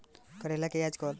करेला के आजकल बजार रेट का बा?